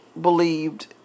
believed